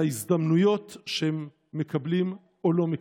ולהזדמנויות שהם מקבלים או לא מקבלים.